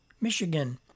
Michigan